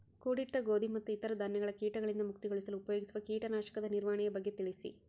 ಕೂಡಿಟ್ಟ ಗೋಧಿ ಮತ್ತು ಇತರ ಧಾನ್ಯಗಳ ಕೇಟಗಳಿಂದ ಮುಕ್ತಿಗೊಳಿಸಲು ಉಪಯೋಗಿಸುವ ಕೇಟನಾಶಕದ ನಿರ್ವಹಣೆಯ ಬಗ್ಗೆ ತಿಳಿಸಿ?